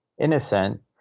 innocent